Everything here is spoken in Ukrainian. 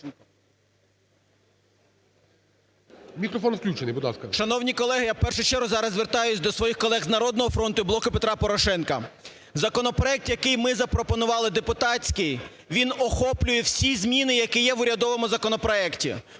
Мікрофон включений, будь ласка.